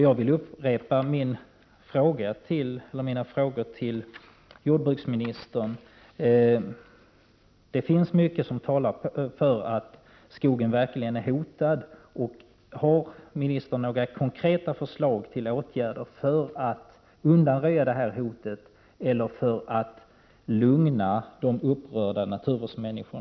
Jag upprepar min fråga till jordbruksministern, eftersom det finns mycket som talar för att ädellövskogen verkligen är hotad: Har jordbruksministern några konkreta förslag till åtgärder för att undanröja nämnda hot eller för att lugna upprörda tjänstemän vid våra naturvårdande myndigheter?